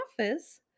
office